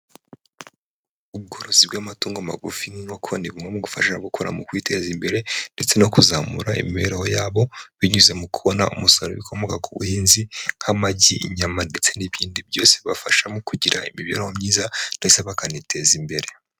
Ubworozi bw'amatungo magufi n'inkoko, ni bumwe mu gufasha gukora mu kwiteza imbere ndetse no kuzamura imibereho yabo, binyuze mu kubona umusaruro w'ibikomoka ku buhinzi nk'amagi, inyama ndetse n'ibindi byose bibafasha, mu kugira imibereho myiza ndetse bakaniteza imbere.